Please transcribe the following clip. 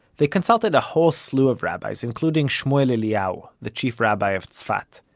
they consulted a whole slew of rabbis, including shmuel eliyahu, the chief rabbi of tzfat.